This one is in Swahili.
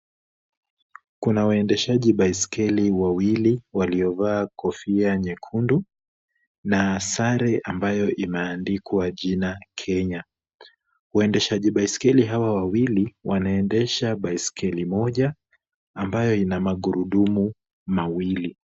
Kuna waendeshaji baiskeli wawili waliovaa kofia nyekundu na sare ambayo imeandikwa jina Kenya. Waendeshaji baiskeli hawa wawili wanaendesha baiskeli moja ambayo ina magurudumu mawili.